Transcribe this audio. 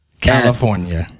California